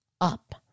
up